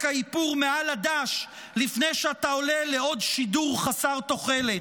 האיפור מעל הדש לפני שאתה עולה לעוד שידור חסר תוחלת.